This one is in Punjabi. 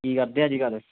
ਕੀ ਕਰਦੇ ਅੱਜ ਕੱਲ੍ਹ